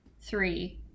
Three